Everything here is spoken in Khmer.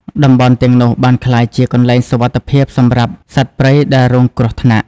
តំបន់ទាំងនោះបានក្លាយជាកន្លែងសុវត្ថិភាពសម្រាប់សត្វព្រៃដែលរងគ្រោះថ្នាក់។